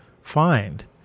find